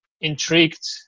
intrigued